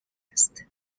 west